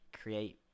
create